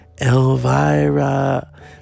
Elvira